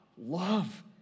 love